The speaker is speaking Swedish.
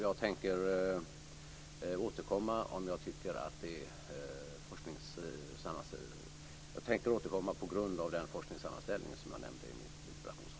Jag tänker som sagt var återkomma på grund av den forskningssammanställning som jag nämnde i mitt interpellationssvar.